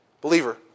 Believer